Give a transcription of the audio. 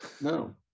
No